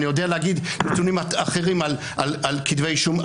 אני יודע להגיד נתונים אחרים על כתבי אישום,